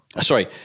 sorry